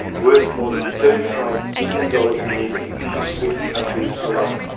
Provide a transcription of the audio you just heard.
worth more than thirty five billion dollars a year in english-speaking countries alone.